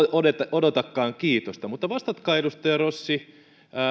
odotakaan kiitosta mutta vastatkaa edustaja rossi